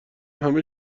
همه